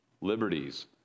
liberties